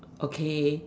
okay